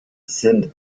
sind